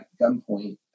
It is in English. gunpoint